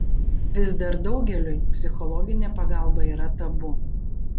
vis dar daugeliui psichologinė pagalba yra tabu